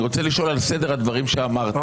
אני רוצה לשאול על סדר הדברים שאמרת.